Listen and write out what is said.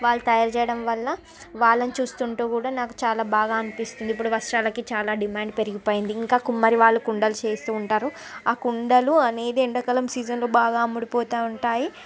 వాళ్ళు తయారు చేయడం వల్ల వాళ్ళని చూస్తుంటే కూడా నాకు చాలా బాగా అనిపిస్తుంది ఇప్పుడు వస్త్రాలకి చాలా డిమాండ్ పెరిగిపోయింది ఇంకా కుమ్మరి వాళ్ళ కుండాలు చేస్తూ ఉంటారు ఆ కుండలు అనేది ఎండాకాలం సీజన్లో బాగా అమ్ముడుపోతూ ఉంటాయి